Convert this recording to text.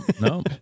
no